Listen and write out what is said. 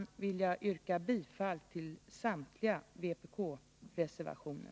Med detta vill jag yrka bifall till samtliga vpk-reservationer.